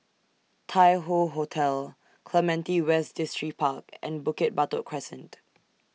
Tai Hoe Hotel Clementi West Distripark and Bukit Batok Crescent